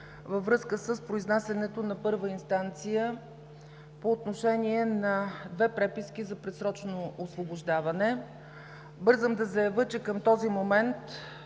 във връзка с произнасянето на първа инстанция по отношение на две преписки за предсрочно освобождаване. Бързам да заявя, че към този момент,